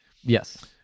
Yes